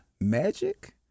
Magic